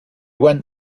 went